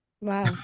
Wow